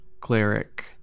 cleric